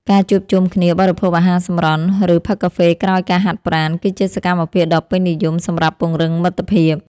ការជួបជុំគ្នាបរិភោគអាហារសម្រន់ ឬផឹកកាហ្វេក្រោយការហាត់ប្រាណ គឺជាសកម្មភាពដ៏ពេញនិយមសម្រាប់ពង្រឹងមិត្តភាព។